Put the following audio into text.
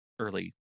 early